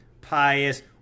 pious